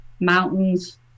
mountains